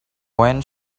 when